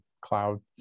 cloud